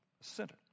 center